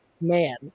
man